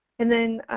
and then,